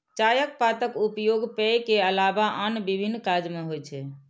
चायक पातक उपयोग पेय के अलावा आन विभिन्न काज मे होइ छै